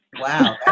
Wow